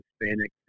Hispanic